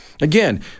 Again